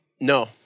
No